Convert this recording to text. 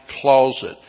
closet